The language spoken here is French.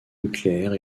nucléaire